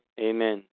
Amen